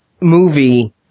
movie